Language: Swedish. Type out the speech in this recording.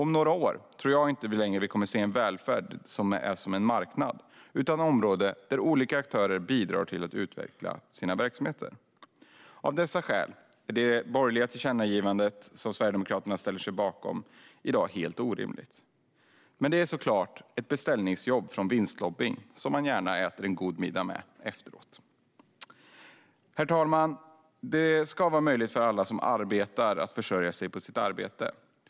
Om några år tror jag att vi inte längre kommer att se en välfärd som är som en marknad utan i stället ett område där olika aktörer bidrar till att utveckla sina verksamheter. Av dessa skäl är det borgerliga tillkännagivande som Sverigedemokraterna ställer sig bakom i dag helt orimligt. Men det är såklart ett beställningsjobb från vinstlobbyn som man gärna äter en god middag med efteråt. Herr talman! Det ska vara möjligt för alla som arbetar att försörja sig på sitt arbete.